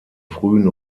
frühen